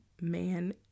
man